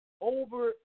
over